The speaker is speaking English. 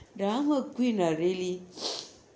drama queen ah really